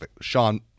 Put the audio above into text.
Sean